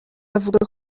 avuga